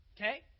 Okay